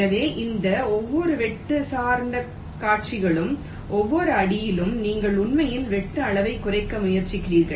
எனவே இந்த ஒவ்வொரு வெட்டு சார்ந்த காட்சிகளும் ஒவ்வொரு அடியிலும் நீங்கள் உண்மையில் வெட்டு அளவைக் குறைக்க முயற்சிக்கிறீர்கள்